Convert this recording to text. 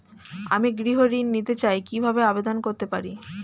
আমি গৃহ ঋণ নিতে চাই কিভাবে আবেদন করতে পারি?